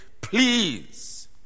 please